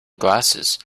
glasses